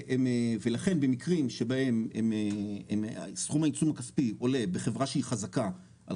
ולכן במקרים שבהם סכום העיצום הכספי עולה בחברה שהיא חזקה על